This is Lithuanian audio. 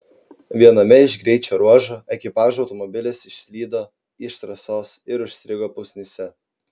viename iš greičio ruožų ekipažo automobilis išslydo iš trasos ir užstrigo pusnyse